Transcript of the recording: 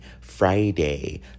Friday